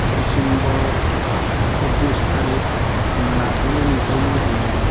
December चब्बिस थारिक मोनाबिलिनिफ्रायनो जोङो